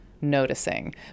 noticing